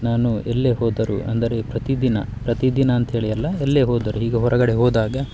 ನಾನು ಎಲ್ಲೇ ಹೋದರೂ ಅಂದರೆ ಪ್ರತಿ ದಿನ ಪ್ರತಿ ದಿನ ಅಂತ ಹೇಳಿ ಅಲ್ಲ ಎಲ್ಲೇ ಹೋದರೂ ಈಗ ಹೊರಗಡೆ ಹೋದಾಗ